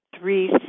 Three